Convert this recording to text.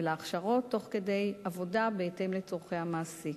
ולהכשרות תוך כדי עבודה בהתאם לצורכי המעסיק.